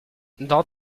dans